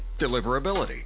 deliverability